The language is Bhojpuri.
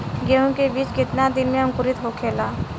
गेहूँ के बिज कितना दिन में अंकुरित होखेला?